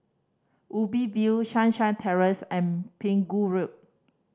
Ubi View Sunshine Terrace and Pegu Road